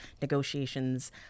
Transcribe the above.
negotiations